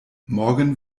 morgen